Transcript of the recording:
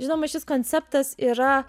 žinoma šis konceptas yra